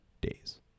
days